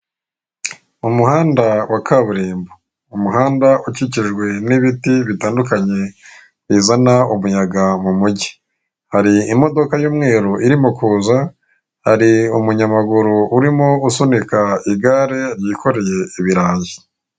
Umuhanda wa kaburimbo umuhanda ukikijwe nibiti bitandukanye bizana umuyaga mumugi hari imodoka y'umweru irimo kuza hari umunyamaguru urimo usunika igare ryikoreye ibirayi